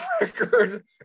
record